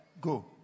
go